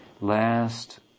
last